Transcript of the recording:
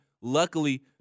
Luckily